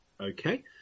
Okay